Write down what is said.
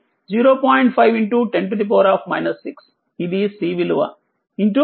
510 6ఇది C విలువ 4e